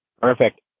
Perfect